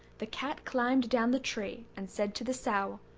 the cat climbed down the tree, and said to the sow,